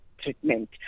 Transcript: treatment